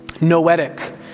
noetic